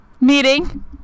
Meeting